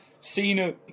Cena